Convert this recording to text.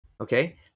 okay